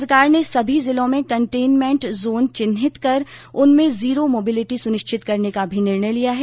सरकार ने सभी जिलों में कंटेनमेंट जोन चिन्हित कर उनमें जीरो मोबिलिटी सुनिश्चित करने का भी निर्णय लिया है